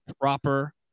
proper